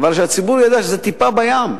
אך חשוב שהציבור ידע שזו טיפה בים.